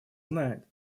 знает